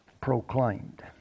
proclaimed